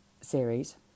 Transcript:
series